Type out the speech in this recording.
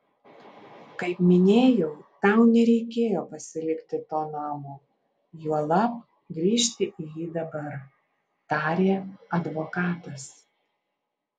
kaip minėjau tau nereikėjo pasilikti to namo juolab grįžti į jį dabar tarė advokatas